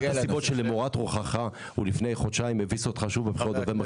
אחת הסיבות שלמורת רוחך היא שלפני חודשיים הביסו אותך שוב בבחירות בפעם